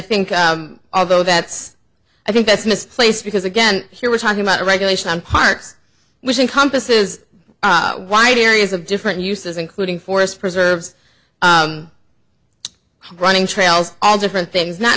think although that's i think that's missed place because again here we're talking about regulation on parks which encompasses wide areas of different uses including forest preserves running trails all different things not